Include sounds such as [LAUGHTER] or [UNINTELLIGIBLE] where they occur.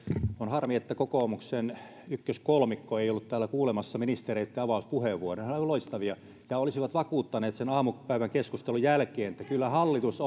on harmi että kokoomuksen ykköskolmikko ei ollut täällä kuulemassa ministereitten avauspuheenvuoroja nehän olivat loistavia ja olisivat vakuuttaneet sen aamupäivän keskustelun jälkeen että kyllä hallitus [UNINTELLIGIBLE]